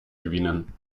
gewinnen